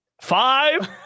five